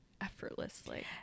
effortlessly